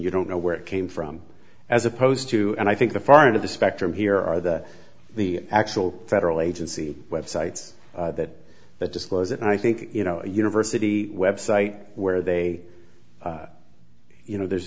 you don't know where it came from as opposed to and i think the far end of the spectrum here are the the actual federal agency websites that that disclose it and i think you know a university website where they you know there's